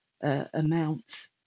amounts